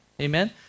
Amen